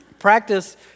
Practice